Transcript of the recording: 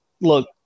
Look